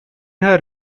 her